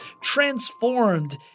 transformed